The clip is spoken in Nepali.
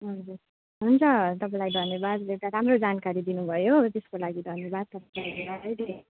हजुर हुन्छ तपाईँलाई धन्यवाद एउटा राम्रो जानकारी दिनुभयो त्यसको लागि धन्यवाद